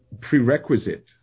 prerequisite